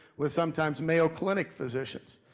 with sometimes mayo clinic physicians!